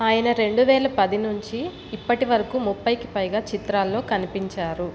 ఆయన రెండువేలపది నుంచి ఇప్పటి వరకు ముప్పైకి పైగా చిత్రాల్లో కనిపించారు